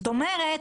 זאת אומרת,